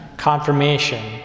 confirmation